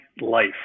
life